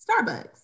Starbucks